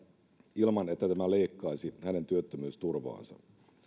ilman että tämä leikkaisi hänen työttömyysturvaansa